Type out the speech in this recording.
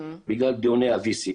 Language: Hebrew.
בגלל דיוני ה-VC.